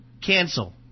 Cancel